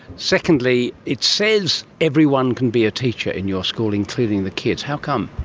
secondly, it says everyone can be a teacher in your school, including the kids. how come?